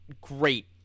great